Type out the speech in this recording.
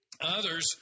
Others